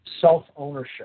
Self-ownership